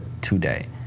today